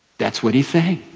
that's what he's saying.